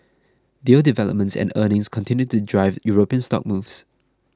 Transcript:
deal developments and earnings continued to drive European stock moves